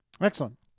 excellent